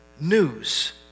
news